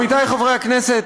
עמיתיי חברי הכנסת,